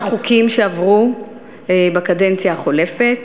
חוקים שעברו בקדנציה החולפת.